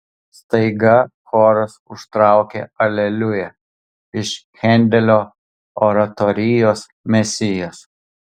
staiga choras užtraukė aleliuja iš hendelio oratorijos mesijas